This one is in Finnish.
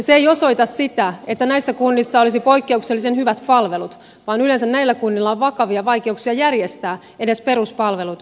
se ei osoita sitä että näissä kunnissa olisi poikkeuksellisen hyvät palvelut vaan yleensä näillä kunnilla on vakavia vaikeuksia järjestää edes peruspalvelut ihmisille